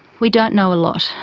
we don't know a lot.